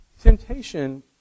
temptation